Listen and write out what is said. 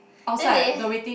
then they